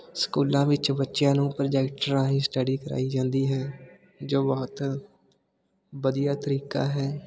ਸਕੂਲਾਂ ਵਿੱਚ ਬੱਚਿਆਂ ਨੂੰ ਪ੍ਰੋਜੈਕਟ ਰਾਹੀਂ ਸਟੱਡੀ ਕਰਵਾਈ ਜਾਂਦੀ ਹੈ ਜੋ ਬਹੁਤ ਵਧੀਆ ਤਰੀਕਾ ਹੈ